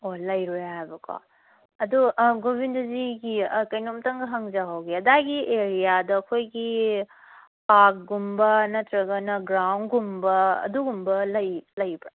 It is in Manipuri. ꯑꯣ ꯂꯩꯔꯣꯏ ꯍꯥꯏꯕꯀꯣ ꯑꯗꯣ ꯒꯣꯚꯤꯟꯗꯖꯤꯒꯤ ꯀꯩꯅꯣꯝꯇꯪꯒ ꯍꯪꯖꯍꯧꯒꯦ ꯑꯗꯥꯏꯒꯤ ꯑꯦꯔꯤꯌꯥꯗ ꯑꯩꯈꯣꯏꯒꯤ ꯄꯥꯔꯛꯀꯨꯝꯕ ꯅꯠꯇ꯭ꯔꯒꯅ ꯒ꯭ꯔꯥꯎꯟꯒꯨꯝꯕ ꯑꯗꯨꯒꯨꯝꯕ ꯂꯩꯕ꯭ꯔꯥ